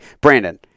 Brandon